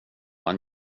han